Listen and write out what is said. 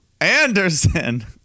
Anderson